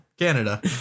Canada